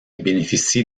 bénéficie